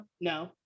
no